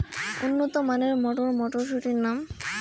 উন্নত মানের মটর মটরশুটির নাম?